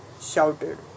shouted